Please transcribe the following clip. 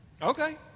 Okay